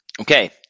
Okay